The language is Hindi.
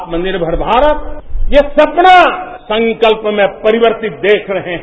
आत्मनिर्भर भारत ये सपना संकल्प में परिवर्तित देख रहे है